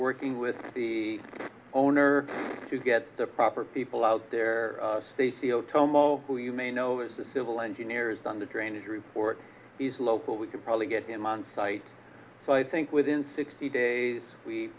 working with the owner to get the proper people out there who you may know the civil engineers on the drainage report is local we can probably get him on site so i think within sixty days we